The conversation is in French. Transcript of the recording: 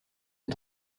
est